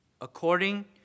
according